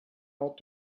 ought